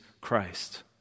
Christ